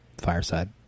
Fireside